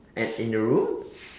at in the room